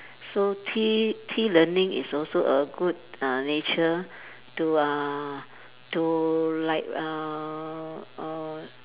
so tea tea learning is also a good uh nature to uh to like uh uh